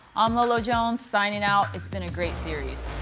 i'm lolo jones, signing out. it's been a great series.